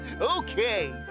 Okay